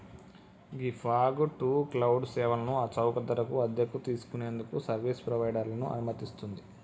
ghee fog to cloud సేవలను ఆ చౌక ధరకు అద్దెకు తీసుకు నేందుకు సర్వీస్ ప్రొవైడర్లను అనుమతిస్తుంది